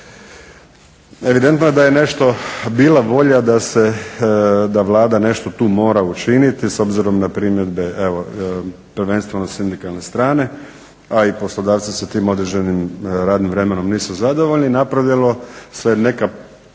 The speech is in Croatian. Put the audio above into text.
Evidentno je da je nešto bila volja da Vlada nešto tu mora učiniti s obzirom na primjedbe prvenstveno sindikalne strane, a i poslodavci sa tim određenim radnim vremenom nisu zadovoljni. Napravila se neka